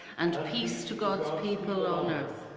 and peace to god's people on earth.